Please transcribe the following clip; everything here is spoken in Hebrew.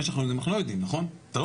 מה שאנחנו לא יודעים, אנחנו לא יודעים, נכון?